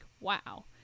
wow